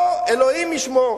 פה, אלוהים ישמור.